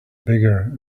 bigger